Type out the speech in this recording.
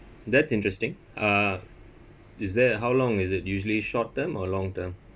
that's interesting ah this there at how long is it usually short term or long term